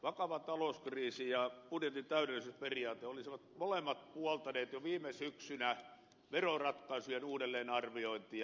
vakava talouskriisi ja budjetin täydellisyysperiaate olisivat molemmat puoltaneet jo viime syksynä veroratkaisujen uudelleenarviointia